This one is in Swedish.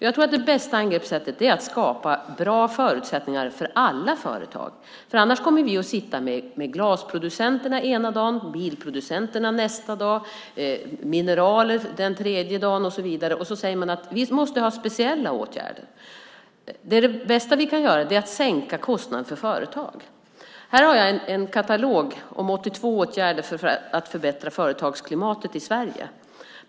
Jag tror att det bästa angreppssättet är att skapa bra förutsättningar för alla företag, annars kommer vi att sitta med glasproducenterna ena dagen, bilproducenterna nästa dag, mineralindustrin den tredje dagen och så vidare som säger att de måste ha speciella åtgärder. Det bästa som vi kan göra är att sänka kostnaderna för företagen. Jag har här en katalog som omfattar 82 åtgärder för att förbättra företagsklimatet i Sverige.